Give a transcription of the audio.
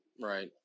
right